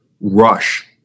rush